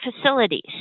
facilities